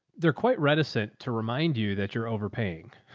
they're quite reticent to remind you that you're overpaying.